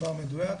מספר מדויק,